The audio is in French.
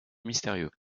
mystérieux